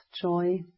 joy